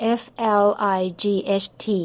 flight